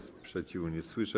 Sprzeciwu nie słyszę.